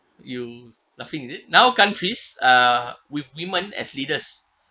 you laughing is it now countries uh with women as leaders